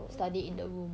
study in the room